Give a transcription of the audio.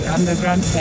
Underground